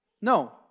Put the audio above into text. no